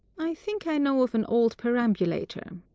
i think i know of an old perambulator.